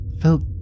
felt